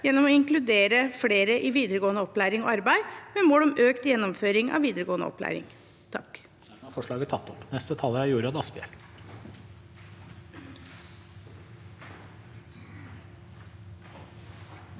gjennom å inkludere flere i videregående opplæring og arbeid, med mål om økt gjennomføring av videregående opplæring.»